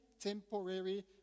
temporary